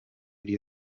ryo